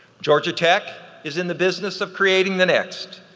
georgia tech is in the business of creating the next,